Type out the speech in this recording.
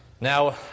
now